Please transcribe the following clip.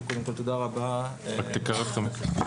תודה רבה לוועדה.